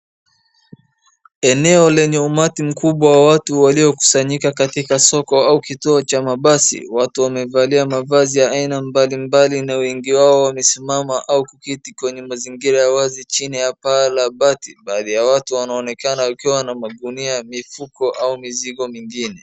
Eneo lenye umati mkubwa wa watu waliokusanyika katika soko au kituo cha mabasi. Watu wamevalia mavazi ya aina mbalimbali na wengi wao wamesimama au kuketi kwenye mazingira ya wazi chini ya paa la bati. Baadhi ya watu wanaonekana wakiwa na magunia, mifuko au mizigo mingine.